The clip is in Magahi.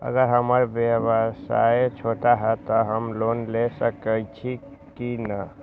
अगर हमर व्यवसाय छोटा है त हम लोन ले सकईछी की न?